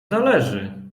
zależy